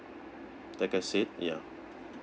like I said ya